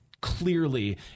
clearly